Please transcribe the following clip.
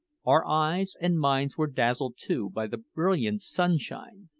our eyes and minds were dazzled, too, by the brilliant sunshine,